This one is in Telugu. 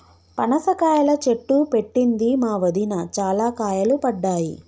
పనస కాయల చెట్టు పెట్టింది మా వదిన, చాల కాయలు పడ్డాయి